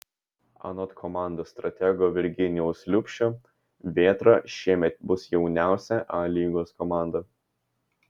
anot komandos stratego virginijaus liubšio vėtra šiemet bus jauniausia a lygos komanda